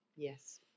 Yes